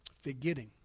forgetting